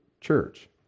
church